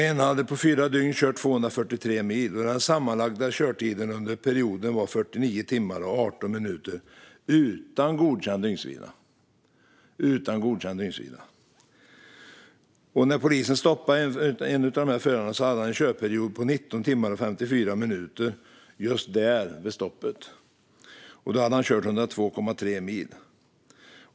En hade på fyra dygn kört 243 mil, och den sammanlagda körtiden under perioden var 49 timmar och 18 minuter, utan godkänd dygnsvila. När polisen stoppade en av förarna hade han en körperiod på 19 timmar och 54 minuter, just där, vid stoppet. Då hade han kört 102,3 mil.